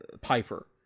Piper